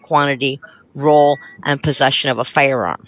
quantity role and possession of a fire